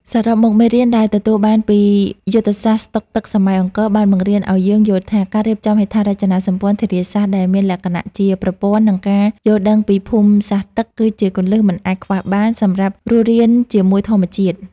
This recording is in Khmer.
សរុបមក មេរៀនដែលទទួលបានពីយុទ្ធសាស្ត្រស្តុកទឹកសម័យអង្គរ បានបង្រៀនឱ្យយើងយល់ថា ការរៀបចំហេដ្ឋារចនាសម្ព័ន្ធធារាសាស្ត្រដែលមានលក្ខណៈជាប្រព័ន្ធ និងការយល់ដឹងពីភូមិសាស្ត្រទឹក គឺជាគន្លឹះមិនអាចខ្វះបានសម្រាប់រស់រានជាមួយធម្មជាតិ។